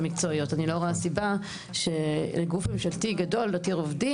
אני לא רואה סיבה שלגוף ממשלתי גדול עם יותר עובדים,